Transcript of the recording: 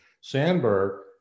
Sandberg